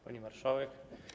Pani Marszałek!